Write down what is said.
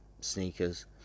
Sneakers